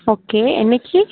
okay என்னக்கு